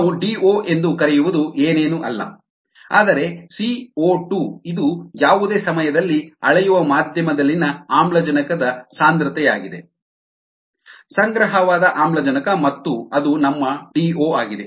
ನಾವು ಡಿಒ ಎಂದು ಕರೆಯುವುದು ಏನೇನು ಅಲ್ಲ ಆದರೆ CO2 ಇದು ಯಾವುದೇ ಸಮಯದಲ್ಲಿ ಅಳೆಯುವ ಮಾಧ್ಯಮದಲ್ಲಿನ ಆಮ್ಲಜನಕದ ಸಾಂದ್ರತೆಯಾಗಿದೆ ಸಂಗ್ರಹವಾದ ಆಮ್ಲಜನಕ ಮತ್ತು ಅದು ನಮ್ಮ ಡಿಒ ಆಗಿದೆ